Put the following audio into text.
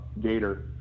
gator